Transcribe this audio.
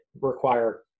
require